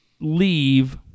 leave